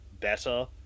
better